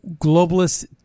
globalist